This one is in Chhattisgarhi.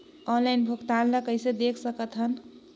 ऑनलाइन भुगतान ल कइसे देख सकथन?